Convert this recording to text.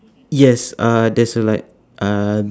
yes uh there's a like uh